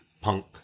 Punk